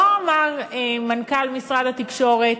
לא אמר מנכ"ל משרד התקשורת: